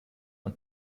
und